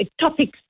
topics